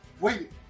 wait